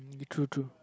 true true